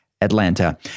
Atlanta